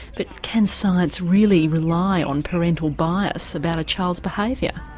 but can science really rely on parental bias about a child's behaviour?